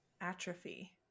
atrophy